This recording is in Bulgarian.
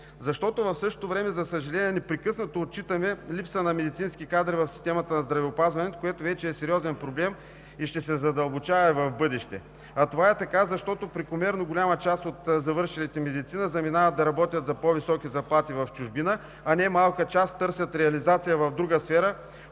защото в същото време, за съжаление, непрекъснато отчитаме липса на медицински кадри в системата на здравеопазването, което вече е сериозен проблем и ще се задълбочава в бъдеще. Това е така, защото прекомерно голяма част от завършилите медицина заминават да работят за по-високи заплати в чужбина, а немалка част търсят реализация в друга сфера,